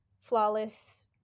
flawless